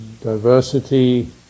Diversity